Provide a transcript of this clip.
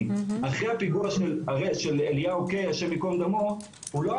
בגלל הקדושה של המקום לעם היהודי, ותודה רבה,